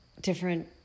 different